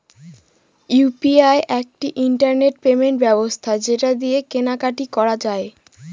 UPI এক internet payment ব্যবস্থা যেটা দিয়ে কেনা কাটি করা যায়